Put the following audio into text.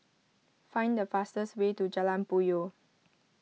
find the fastest way to Jalan Puyoh